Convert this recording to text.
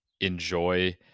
enjoy